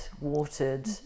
watered